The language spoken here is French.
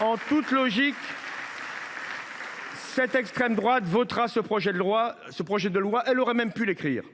En toute logique, celle ci votera ce projet de loi. Elle aurait même pu l’écrire !